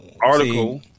article